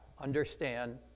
understand